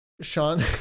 sean